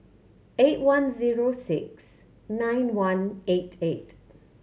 eight one zero six nine one eight eight